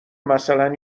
مثلا